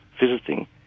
visiting